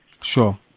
Sure